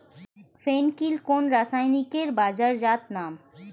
ফেন কিল কোন রাসায়নিকের বাজারজাত নাম?